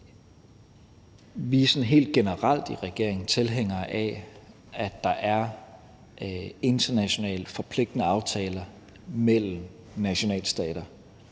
sådan helt generelt i regeringen tilhængere af, at der er internationalt forpligtende aftaler mellem nationalstater,